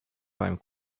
beim